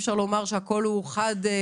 אי אפשר לומר שהכול הוא חד-משמעי,